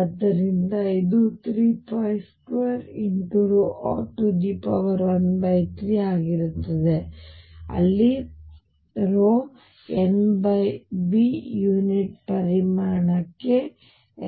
ಆದ್ದರಿಂದ ಇದು 32×ρ13 ಆಗಿರುತ್ತದೆ ಅಲ್ಲಿ ρ ಸಾಂದ್ರತೆ NV ಯುನಿಟ್ ಪರಿಮಾಣಕ್ಕೆ